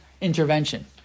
intervention